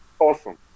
awesome